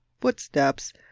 footsteps